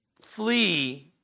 flee